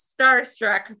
starstruck